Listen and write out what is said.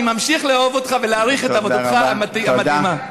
אני ממשיך לאהוב אותך ולהעריך את עבודתך המדהימה.